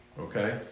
Okay